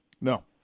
No